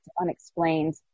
unexplained